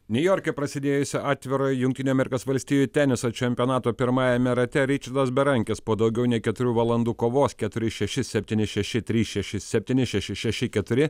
niujorke prasidėjusio atvirojo jungtinių amerikos valstijų teniso čempionato pirmajame rate ričardas berankis po daugiau nei keturių valandų kovos keturi šeši septyni šeši trys šeši septyni šeši šeši keturi